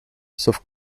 sauf